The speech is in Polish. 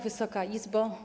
Wysoka Izbo!